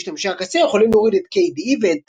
משתמשי הקצה יכולים להוריד את KDE ואת